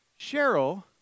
Cheryl